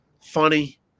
funny